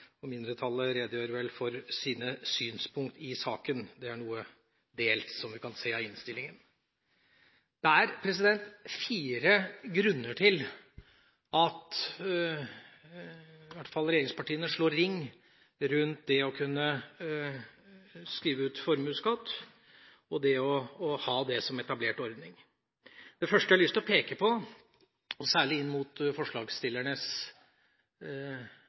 og mindretallet redegjør vel for sine synspunkter i saken. De er noe delt, som vi kan se av innstillingen. Det er fire grunner til at i hvert fall regjeringspartiene slår ring rundt det å kunne skrive ut formuesskatt og å ha det som etablert ordning. Det første jeg har lyst til å peke på, særlig med tanke på forslagsstillernes politiske bakgrunn og